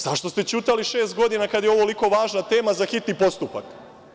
Zašto ste ćutali šest godina, kada je ovo ovoliko važna tema za hitni postupak?